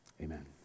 Amen